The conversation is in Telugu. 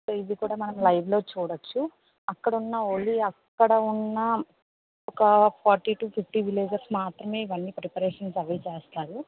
ఇది కూడా మనము లైవ్లో చూడొచ్చు అక్కడ ఉన్న ఓన్లీ అక్కడ ఉన్న ఒక ఫార్టీ టూ ఫిఫ్టీ విలేజర్స్ మాత్రమే ఇవన్నీ ప్రిపరేషన్ అవి చేస్తారు